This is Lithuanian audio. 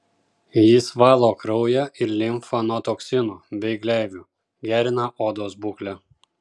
jis valo kraują ir limfą nuo toksinų bei gleivių gerina odos būklę